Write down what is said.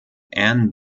ann